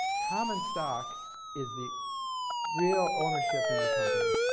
common stock is the real ownership in the company.